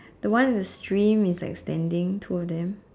the one in the stream is like standing toward them